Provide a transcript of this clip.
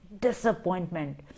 disappointment